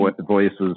voices